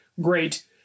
great